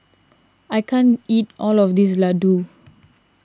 I can't eat all of this Ladoo